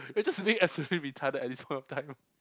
we're just sitting absolutely retarded at this point of time